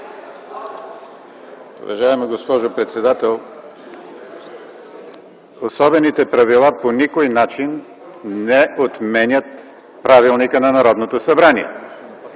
Уважаема госпожо председател, особените правила по никой начин не отменят правилника на Народното събрание.